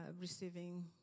receiving